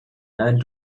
and